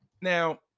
now